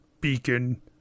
Beacon